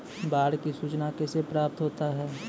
बाढ की सुचना कैसे प्राप्त होता हैं?